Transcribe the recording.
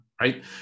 Right